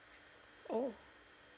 oh